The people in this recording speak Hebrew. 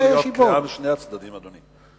צריכה להיות קריאה לשני הצדדים, אדוני.